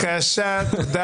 הכול בסדר.